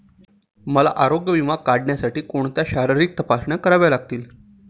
मला आरोग्य विमा काढण्यासाठी कोणत्या शारीरिक तपासण्या कराव्या लागतील?